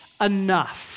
enough